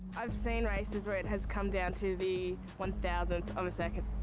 i've seen races where it has come down to the one thousandth of a second.